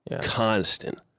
constant